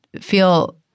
feel